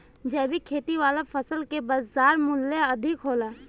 जैविक खेती वाला फसल के बाजार मूल्य अधिक होला